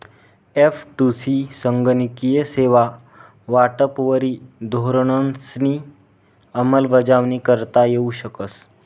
एफ.टु.सी संगणकीय सेवा वाटपवरी धोरणंसनी अंमलबजावणी करता येऊ शकस